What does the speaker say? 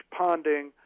ponding